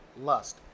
lust